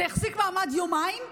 זה החזיק מעמד יומיים,